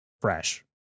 fresh